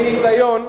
מניסיון,